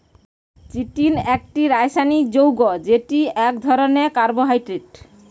chitin একটি রাসায়নিক যৌগ্য যেটি এক ধরণের কার্বোহাইড্রেট